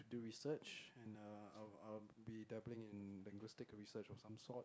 to do research and uh I'll I'll be dabbling in linguistic research of some sort